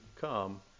come